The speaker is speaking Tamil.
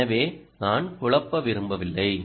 எனவே நான் குழப்ப விரும்பவில்லை